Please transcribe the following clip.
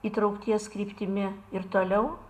įtraukties kryptimi ir toliau